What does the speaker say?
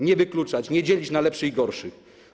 Nie wykluczać, nie dzielić na lepszych i gorszych.